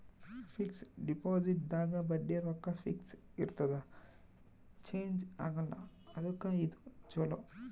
fix deposit ದಾಗ ಬಡ್ಡಿ ರೊಕ್ಕ ಫಿಕ್ಸ್ ಇರ್ತದ ಚೇಂಜ್ ಆಗಲ್ಲ ಅದುಕ್ಕ ಇದು ಚೊಲೊ